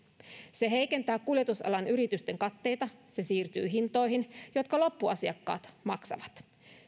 se heikentää kuljetusalan yritysten katteita ja se siirtyy hintoihin jotka loppuasiakkaat maksavat